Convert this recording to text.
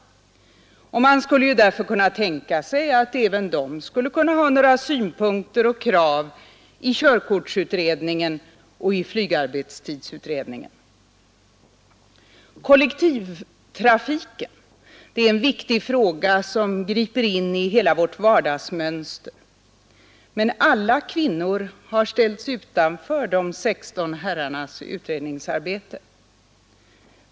Man skulle därför kunna tänka sig att även de skulle kunna ha några synpunkter och krav i körkortsutredningen och i flygarbetstidsutredningen. Kollektivtrafiken är en viktig fråga, som griper in i hela vårt vardagsmönster. Men alla kvinnor har ställts utanför de 16 herrarnas utredningsarbete.